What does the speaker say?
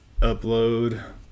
upload